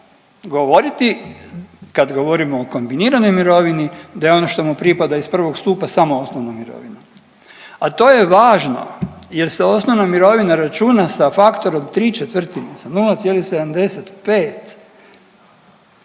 govoriti kad govorimo o kombiniranoj mirovini da je ono što mu pripada iz prvog stupa samo osnovna mirovina a to je važno jer se osnovna mirovina računa sa faktorom tri